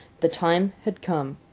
the time had come.